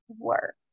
work